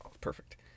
Perfect